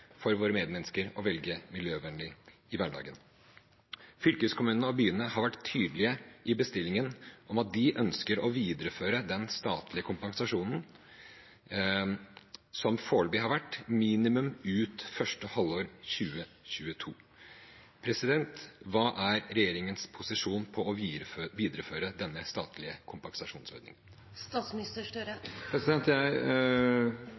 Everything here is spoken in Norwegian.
for våre medmennesker å velge miljøvennlig i hverdagen. Fylkeskommunene og byene har vært tydelige i bestillingen om at de ønsker å videreføre den statlige kompensasjonen som foreløpig har vært, minimum ut første halvår 2022. Hva er regjeringens posisjon på å videreføre denne statlige kompensasjonsordningen? Jeg slutter meg til mye av den beskrivelsen representanten gir, og jeg